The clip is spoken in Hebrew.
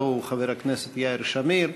הלוא הוא חבר הכנסת יאיר שמיר,